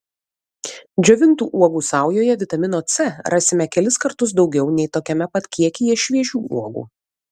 džiovintų uogų saujoje vitamino c rasime kelis kartus daugiau nei tokiame pat kiekyje šviežių uogų